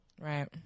Right